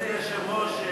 אדוני היושב-ראש,